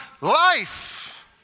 life